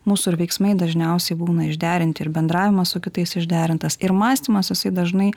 mūsų ir veiksmai dažniausiai būna išderinti ir bendravimas su kitais išderintas ir mąstymas jisai dažnai